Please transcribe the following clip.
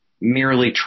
merely